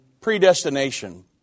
predestination